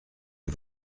est